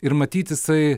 ir matyt jisai